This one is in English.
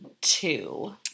two